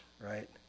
right